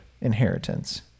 inheritance